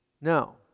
no